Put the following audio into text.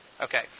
Okay